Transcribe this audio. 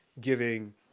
giving